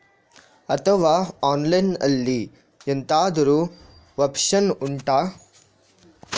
ಅಥವಾ ಆನ್ಲೈನ್ ಅಲ್ಲಿ ಎಂತಾದ್ರೂ ಒಪ್ಶನ್ ಉಂಟಾ